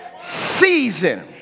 Season